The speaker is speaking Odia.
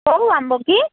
କେଉଁ ଆମ୍ବ କି